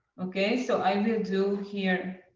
okay? so i will do here